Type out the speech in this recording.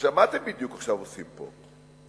מה אתם בדיוק עושים פה עכשיו?